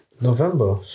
November